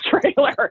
trailer